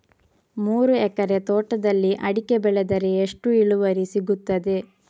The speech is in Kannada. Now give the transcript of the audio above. ಮೂರು ಎಕರೆ ತೋಟದಲ್ಲಿ ಅಡಿಕೆ ಬೆಳೆದರೆ ಎಷ್ಟು ಇಳುವರಿ ಸಿಗುತ್ತದೆ?